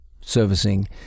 servicing